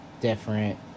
different